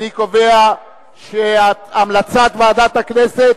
אני קובע שהמלצת ועדת הכנסת